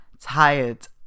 tired